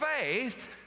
faith